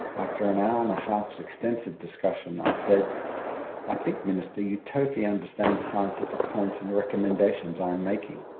after an hour and a half's extensive discussion i said i think, minister, you totally understand the scientific points and recommendations i am making.